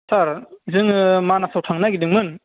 सार जोङो मानासआव थांनो नागिरदोंमोन